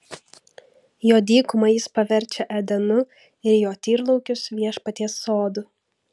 jo dykumą jis paverčia edenu ir jo tyrlaukius viešpaties sodu